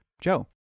Joe